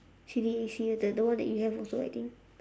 C_D_A_C the the one that you have also I think